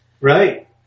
Right